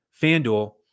FanDuel